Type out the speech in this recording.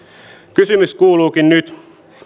kysymys kuuluukin nyt